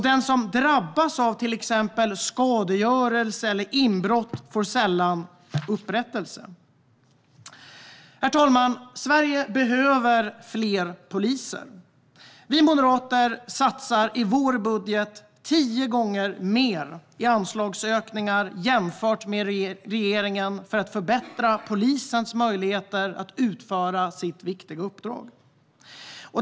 Den som drabbas av till exempel skadegörelse eller inbrott får sällan upprättelse. Herr talman! Sverige behöver fler poliser. Vi moderater satsar i vår budget tio gånger mer i anslagsökningar jämfört med regeringen för att förbättra polisens möjligheter att utföra sitt viktiga uppdrag.